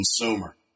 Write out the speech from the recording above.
consumer